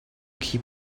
keep